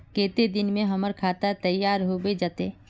केते दिन में हमर खाता तैयार होबे जते?